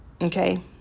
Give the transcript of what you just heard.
Okay